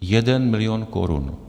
Jeden milion korun.